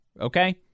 okay